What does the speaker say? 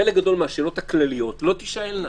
חלק גדול מהשאלות הכלליות לא תישאלנה.